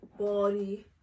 body